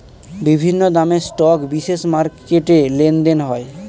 বিভিন্ন দামের স্টক বিশেষ মার্কেটে লেনদেন হয়